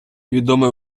відомої